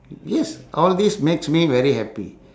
yes all these makes me very happy